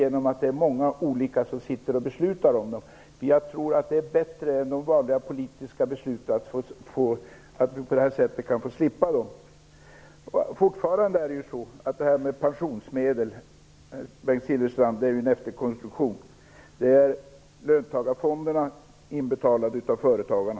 Jag tror att det är bättre. Det Bengt Silfverstrand säger om pensionsmedlen är en efterkonstruktion. Det är löntagarfondsmedel, inbetalda av företagarna.